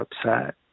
upset